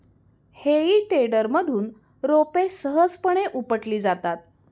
हेई टेडरमधून रोपे सहजपणे उपटली जातात